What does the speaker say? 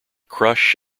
crush